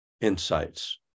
insights